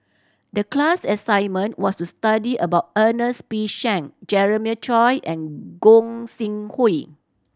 the class assignment was to study about Ernest P Shank Jeremiah Choy and Gog Sing Hooi